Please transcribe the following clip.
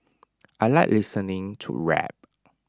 I Like listening to rap